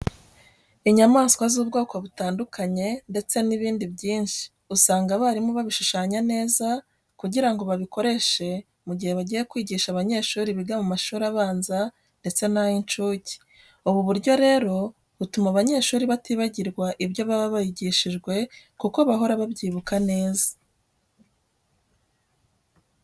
Inyamaswa z'ubwoko butandukanye ndetse n'ibindi byinshi usanga abarimu babishushanya neza kugira ngo babikoreshe mu gihe bagiye kwigisha abanyeshuri biga mu mashuri abanza ndetse n'ay'incuke. Ubu buryo rero butuma abanyeshuri batibagirwa ibyo baba bigishijwe kuko bahora babyibuka neza.